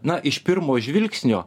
na iš pirmo žvilgsnio